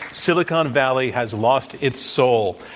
silicon valley has lost its soul.